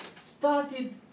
started